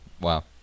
Wow